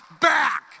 back